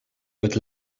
het